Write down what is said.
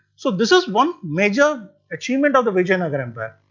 so this is one major achievement of the vijayanagara but